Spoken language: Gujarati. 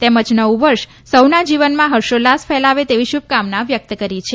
તેમજ નવું વર્ષ સહુના જીવનમાં હર્ષોલ્લાસ ફેલાવે તેવી શુભકામના વ્યક્ત કરી છે